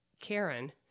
Karen